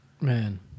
Man